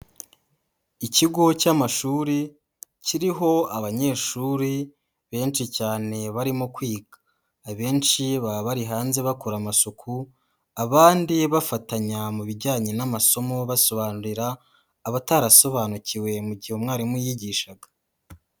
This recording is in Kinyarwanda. Ikigo cy'amashuri kiriho abanyeshuri benshi cyane barimo kwiga, abenshi baba bari hanze bakora amasuku, abandi bafatanya mu bijyanye n'amasomo basobanurira abatarasobanukiwe mu gihe umwarimu yigishaga.